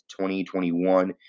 2021